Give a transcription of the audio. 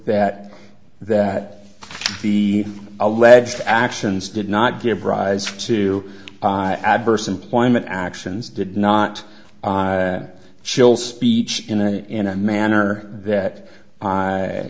that that the alleged actions did not give rise to adverse employment actions did not still speech in a in a manner that